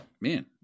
man